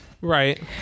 Right